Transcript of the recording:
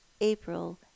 April